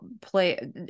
play